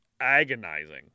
agonizing